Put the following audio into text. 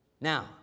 Now